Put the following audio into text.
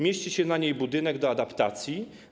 Mieści się na niej budynek do adaptacji.